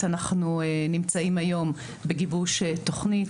אנחנו נמצאים בגיבוש תוכנית,